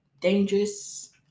dangerous